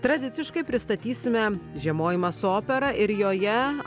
tradiciškai pristatysime žiemojimą su opera ir joje